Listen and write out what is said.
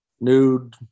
nude